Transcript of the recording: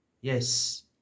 Yes